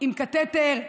עם קטטר,